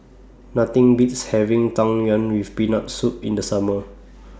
Nothing Beats having Tang Yuen with Peanut Soup in The Summer